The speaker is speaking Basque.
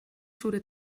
zure